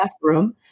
classroom